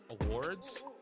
awards